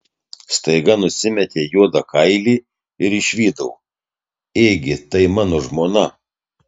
staiga nusimetė juodą kailį ir išvydau ėgi tai mano žmona